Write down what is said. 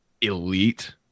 elite